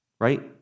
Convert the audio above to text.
Right